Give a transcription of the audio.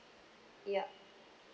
yup